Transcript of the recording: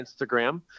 Instagram